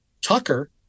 Tucker